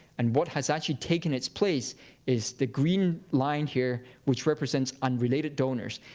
and what has actually taken its place is the green line here, which represents unrelated donors.